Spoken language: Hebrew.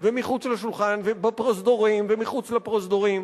ומחוץ לשולחן ובפרוזדורים ומחוץ לפרוזדורים.